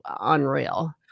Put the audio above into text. unreal